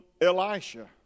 Elisha